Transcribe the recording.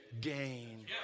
gain